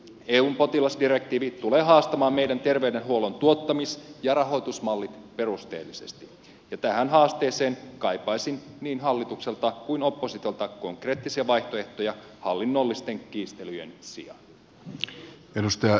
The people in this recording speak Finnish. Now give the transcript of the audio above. eun potilasdirektiivi tulee haastamaan meidän terveydenhuollon tuottamis ja rahoitusmallit perusteellisesti ja tähän haasteeseen kaipaisin niin hallitukselta kuin oppositiolta konkreettisia vaihtoehtoja hallinnollisten kiistelyjen sijaan